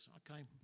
okay